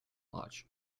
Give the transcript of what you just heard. lodge